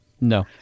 No